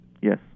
Yes